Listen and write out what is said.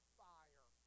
fire